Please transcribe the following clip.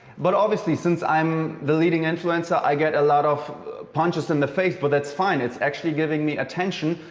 but obviously, since i'm the leading influencer, i get a lot of punches in the face, but that's fine. it's actually giving me attention.